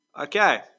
Okay